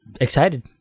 Excited